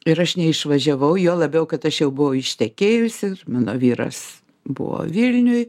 ir aš neišvažiavau juo labiau kad aš jau buvau ištekėjusi ir mano vyras buvo vilniuj